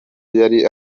yari